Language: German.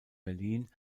berlin